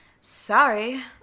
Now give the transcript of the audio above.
sorry